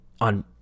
on